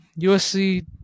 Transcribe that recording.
USC